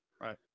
right